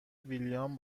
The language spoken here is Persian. ویلیام